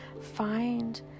find